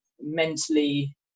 mentally